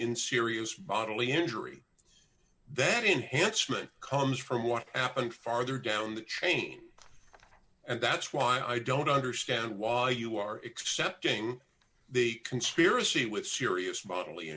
in serious bodily injury that inhibits me comes from what happened farther down the chain and that's why i don't understand why you are except during the conspiracy with serious bodily